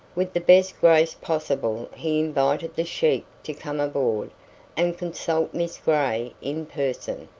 with the best grace possible he invited the sheik to come aboard and consult miss gray in person.